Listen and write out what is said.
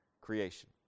creation